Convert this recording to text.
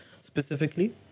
specifically